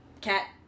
cat